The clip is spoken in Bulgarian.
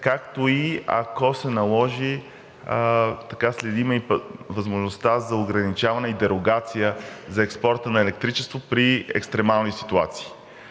както и ако се наложи, следим възможността за ограничаване и дерогация за експорта на електричество при екстремални ситуации,